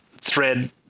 thread